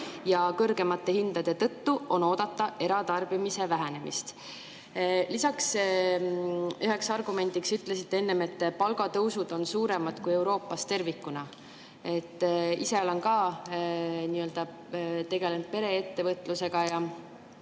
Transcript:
ja kõrgemate hindade tõttu on oodata eratarbimise vähenemist. Lisaks ütlesite üheks argumendiks enne, et palgatõusud on suuremad kui Euroopas tervikuna. Ma ise olen ka tegelenud pereettevõtlusega.